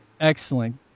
Excellent